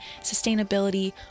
sustainability